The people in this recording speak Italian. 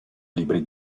libri